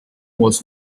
was